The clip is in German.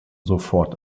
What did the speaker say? sofort